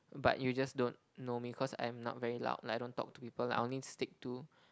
but you just don't know me cause I'm not very loud like I don't talk to people like I only stick to